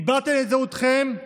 איבדתן את זהותכן.